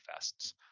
fests